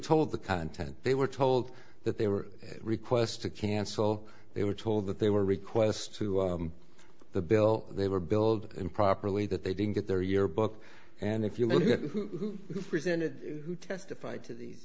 told the content they were told that they were requests to cancel they were told that they were requests to the bill they were billed improperly that they didn't get their yearbook and if you're presented who testified to these